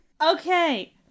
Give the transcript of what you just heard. okay